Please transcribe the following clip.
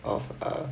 of uh